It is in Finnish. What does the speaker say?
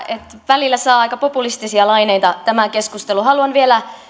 välillä saa aika populistisia laineita tämä keskustelu haluan vielä